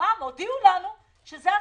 שזה הסכום.